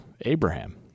Abraham